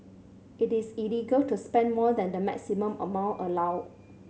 it is illegal to spend more than the maximum amount allowed